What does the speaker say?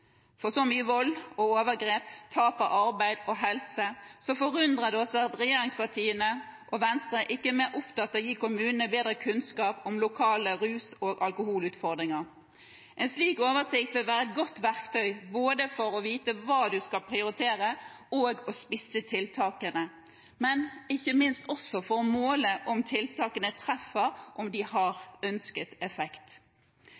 for så mye vold og overgrep, tap av arbeid og helse, forundrer det oss at regjeringspartiene og Venstre ikke er mer opptatt av å gi kommunene bedre kunnskap om lokale rus- og alkoholutfordringer. En slik oversikt bør være et godt verktøy, både for å vite hva man skal prioritere og for å spisse tiltakene, men ikke minst for å måle om tiltakene treffer, om de har ønsket effekt.